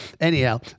anyhow